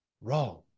wrong